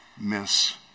miss